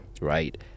right